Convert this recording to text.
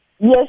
Yes